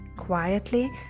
Quietly